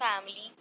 family